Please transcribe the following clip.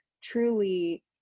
truly